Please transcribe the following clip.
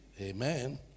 Amen